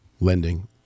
lending